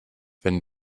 wenn